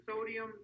sodium